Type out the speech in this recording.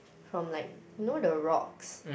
from like you know the rocks